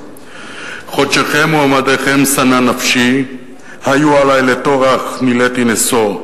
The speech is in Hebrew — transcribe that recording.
חודשיכם ומועדיכם שנאה נפשי היו עלי לטורח נלאיתי נשוא.